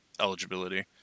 eligibility